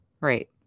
Right